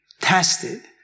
tested